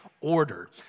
order